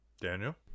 Daniel